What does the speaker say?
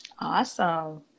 Awesome